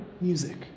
music